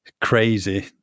crazy